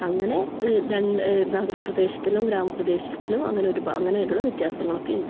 അങ്ങനെ നഗരപ്രദേശത്തിലും ഗ്രാമപ്രദേശത്തിലും അങ്ങനെയൊരു അങ്ങനെയുള്ള വ്യത്യാസങ്ങളൊക്കെയുണ്ട്